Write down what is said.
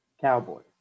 Cowboys